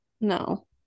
No